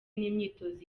n’imyitozo